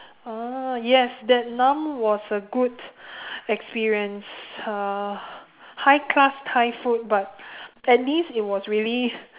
ah yes that nahm was a good experience uh high class Thai food but at least it was really